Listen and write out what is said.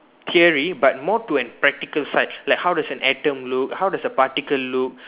theory but more to an practical side like how does an atom look how does a particle look